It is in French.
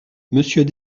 monsieur